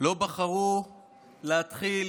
לא בחרו להתחיל